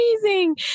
amazing